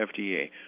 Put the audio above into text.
FDA